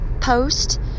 post